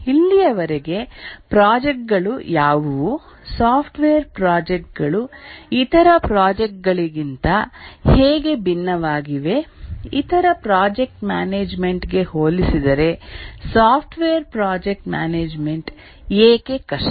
ಇಲ್ಲಿಯವರೆಗೆ ಪ್ರಾಜೆಕ್ಟ್ ಗಳು ಯಾವುವು ಸಾಫ್ಟ್ವೇರ್ ಪ್ರಾಜೆಕ್ಟ್ ಗಳು ಇತರ ಪ್ರಾಜೆಕ್ಟ್ ಗಳಿಗಿಂತ ಹೇಗೆ ಭಿನ್ನವಾಗಿವೆ ಇತರ ಪ್ರಾಜೆಕ್ಟ್ ಮ್ಯಾನೇಜ್ಮೆಂಟ್ ಗೆ ಹೋಲಿಸಿದರೆ ಸಾಫ್ಟ್ವೇರ್ ಪ್ರಾಜೆಕ್ಟ್ ಮ್ಯಾನೇಜ್ಮೆಂಟ್ ಏಕೆ ಕಷ್ಟ